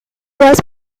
was